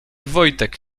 wojtek